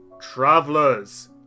Travelers